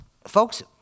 folks